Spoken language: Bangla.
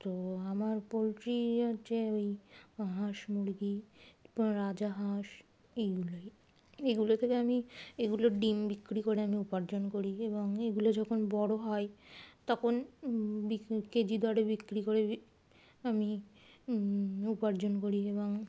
তো আমার পোলট্রি হচ্ছে ওই হাঁস মুরগি রাজা হাঁস এইগুলোই এগুলো থেকে আমি এগুলো ডিম বিক্রি করে আমি উপার্জন করি এবং এগুলো যখন বড়ো হয় তখন কেজি দরে বিক্রি করে আমি উপার্জন করি এবং